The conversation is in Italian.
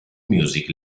music